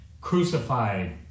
Crucified